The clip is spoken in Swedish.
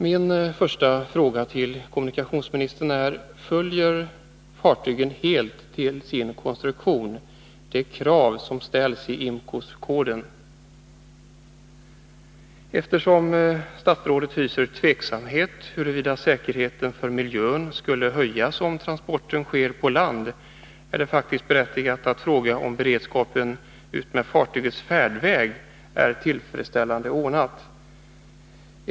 Min första fråga till kommunikationsministern är: Uppfyller fartygen till sin konstruktion helt de krav som ställs i IMCO-koden? Statsrådet tvivlar på att miljösäkerheten förbättras om transporten sker på land. Då är det faktiskt berättigat att fråga om beredskapen utmed fartygens färdväg är tillfredsställande.